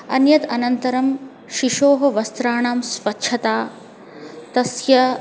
अन्यद् अनन्तरं शिशोः वस्त्राणां स्वच्छता तस्य